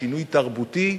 שינוי תרבותי,